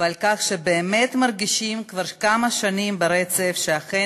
ועל כך שבאמת מרגישים כבר כמה שנים ברצף שאכן